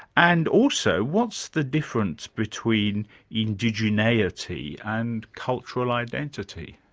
and also, what's the difference between indigeneity and cultural identity?